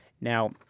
Now